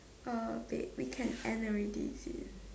uh wait we can end already is it